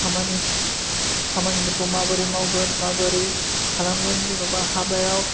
खामानि खामानिफोरखौ माबोरै मावगोन माबोरै खालामगोन जेन'बा हाबायाव